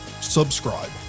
subscribe